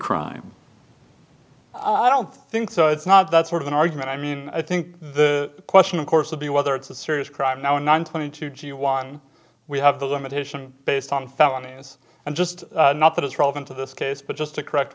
crime i don't think so it's not that sort of an argument i mean i think the question of course would be whether it's a serious crime now in one twenty two g one we have the limitation based on felonies and just not that it's relevant to this case but just to correct